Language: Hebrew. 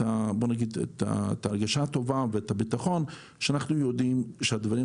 ההרגשה הטובה והביטחון שאנחנו יודעים שהדברים